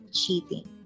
cheating